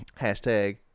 hashtag